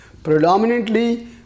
Predominantly